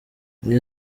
iyo